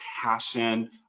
passion